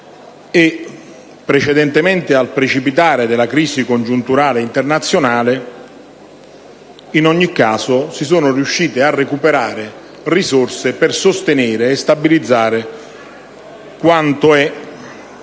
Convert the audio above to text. Precedentemente al precipitare della crisi congiunturale internazionale, in ogni caso, si sono riusciti a recuperare risorse per sostenere e stabilizzare quanto è nelle